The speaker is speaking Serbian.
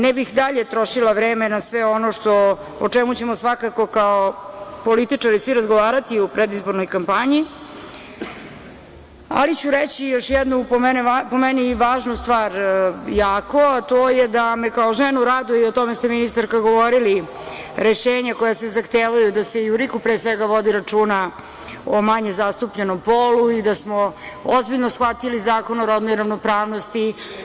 Ne bih dalje trošila vreme na sve ono o čemu ćemo svakako kao političari svi razgovarati u predizbornoj kampanji, ali ću reći još jednu po meni jako važnu stvar, a to je da me kao ženu raduje, o tome ste, ministarka, govorili, rešenja kojima se zahtevaju da se i u RIK-u pre svega vodi računa o manje zastupljenom polu i da smo ozbiljno shvatili Zakon o rodnoj ravnopravnosti.